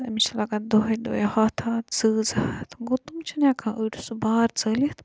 امس چھُ لَگان دۄہاے دۄہاے ہَتھ ہَتھ زٕز ہَتھ گوٚو تِم چھِنہٕ ہیٚکان أڑۍ سُہ بار ژٲلِتھ